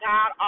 God